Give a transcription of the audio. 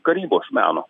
karybos meno